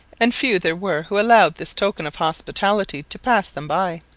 and few there were who allowed this token of hospitality to pass them by.